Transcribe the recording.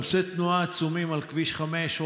עומסי התנועה עצומים בכביש 5,